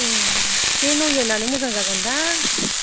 ए बे नयनानो मोजां जागोनदां